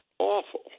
Awful